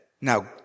Now